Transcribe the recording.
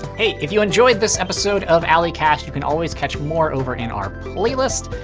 hey, if you enjoyed this episode of ally casts, you can always catch more over in our playlist,